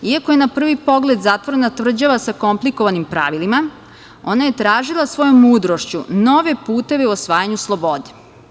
Iako je na prvi pogled zatvorena tvrđava sa komplikovanim pravilima, ona je tražila svojom mudrošću nove puteve u osvajanju slobode.